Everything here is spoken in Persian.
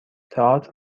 تئاتر